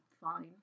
fine